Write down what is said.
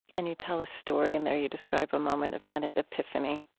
and you tell a story in there. you described a moment of kind of epiphany.